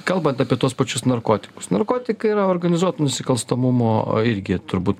kalbant apie tuos pačius narkotikus narkotikai yra organizuoto nusikalstamumo irgi turbūt